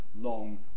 long